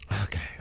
Okay